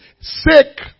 sick